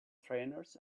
trainers